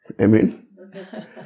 Amen